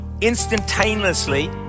instantaneously